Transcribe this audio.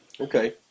Okay